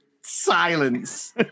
silence